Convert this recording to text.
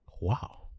Wow